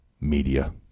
media